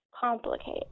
complicated